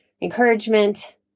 encouragement